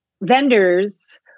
vendors